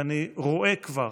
ואני רואה כבר